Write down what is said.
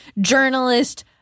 journalist